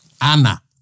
Ana